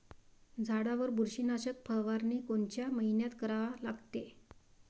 झाडावर बुरशीनाशक फवारनी कोनच्या मइन्यात करा लागते?